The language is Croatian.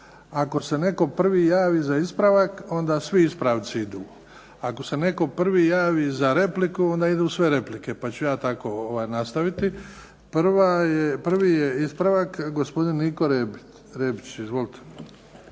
ako se netko prvi javi za ispravak, onda svi ispravci idu. Ako se netko prvi javi za repliku, onda idu sve replike. Pa ću ja tako nastaviti. Prvi je ispravak gospodin Niko Rebić. Izvolite.